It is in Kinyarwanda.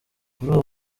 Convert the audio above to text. kuri